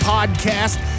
Podcast